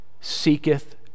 seeketh